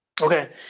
okay